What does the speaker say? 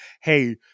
hey